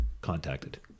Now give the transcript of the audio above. contacted